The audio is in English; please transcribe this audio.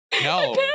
No